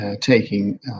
taking